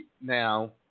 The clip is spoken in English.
now